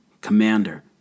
Commander